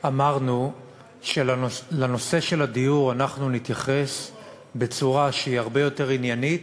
אמרנו שלנושא הדיור אנחנו נתייחס בצורה שהיא הרבה יותר עניינית